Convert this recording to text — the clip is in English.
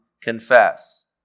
Confess